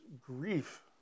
grief